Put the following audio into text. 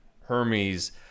Hermes